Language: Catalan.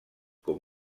com